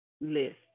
list